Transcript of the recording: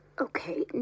okay